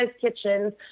kitchens